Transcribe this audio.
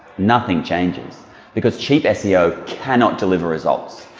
nothing changes because cheap seo cannot deliver results.